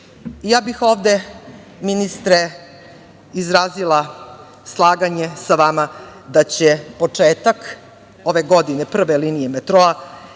BDP.Ja bih ovde ministre izrazila slaganje sa vama da će početak ove godine, prve linije metroa,